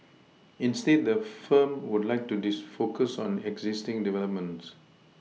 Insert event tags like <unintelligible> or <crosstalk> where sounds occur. instead the firm would like to <unintelligible> focus on existing developments